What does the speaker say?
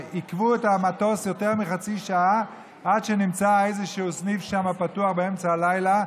עיכבו את המטוס יותר מחצי שעה עד שנמצא איזשהו סניף פתוח באמצע הלילה,